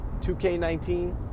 2K19